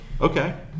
Okay